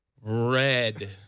red